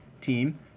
team